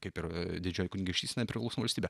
kaip ir didžioji kunigaikštystė nepriklausoma valstybe